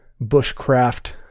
bushcraft